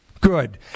Good